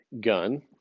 gun